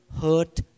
hurt